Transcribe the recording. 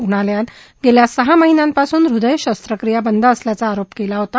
रुग्णालयात गेल्या सहा महिन्यांपासून हृदय शस्त्रक्रिया बंद असल्याचा आरोप केला होता